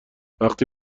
وقتی